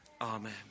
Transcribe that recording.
Amen